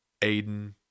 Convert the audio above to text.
Aiden